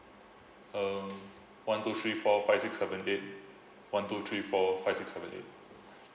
uh one two three four five six seven eight one two three four five six seven eight